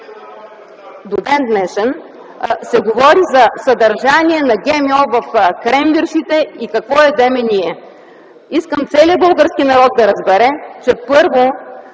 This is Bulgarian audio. от КБ) се говори за съдържание на ГМО в кренвиршите и какво ядем ние. Искам целият български народ да разбере, че първо,